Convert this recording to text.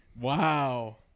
Wow